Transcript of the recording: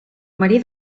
marí